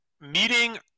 meeting